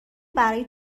برای